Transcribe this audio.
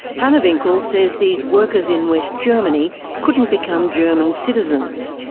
hanewinkel says these workers in west germany couldn't become german citizens.